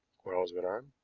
quarles went on.